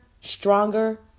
stronger